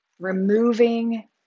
removing